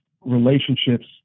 relationships